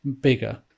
bigger